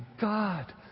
God